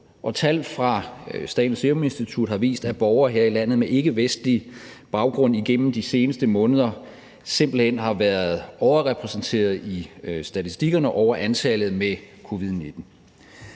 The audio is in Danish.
Tal fra Statens Serum Institut har vist, at borgere med ikkevestlig baggrund her i landet igennem de seneste måneder simpelt hen har været overrepræsenteret i statistikkerne over antallet af personer